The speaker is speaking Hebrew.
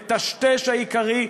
המטשטש העיקרי,